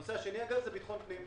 הנושא השני, אגב, הוא ביטחון פנים.